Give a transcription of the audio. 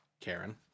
Karen